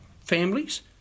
families